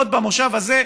עוד במושב הזה,